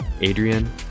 adrian